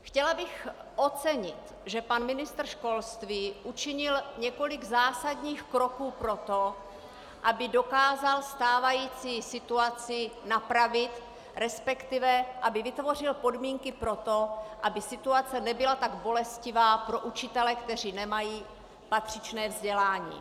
Chtěla bych ocenit, že pan ministr školství učinil několik zásadních kroků pro to, aby dokázal stávající situaci napravit, resp. aby vytvořil podmínky pro to, aby situace nebyla tak bolestivá pro učitele, kteří nemají patřičné vzdělání.